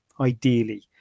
Ideally